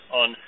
on